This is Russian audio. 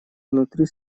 внутри